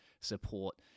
support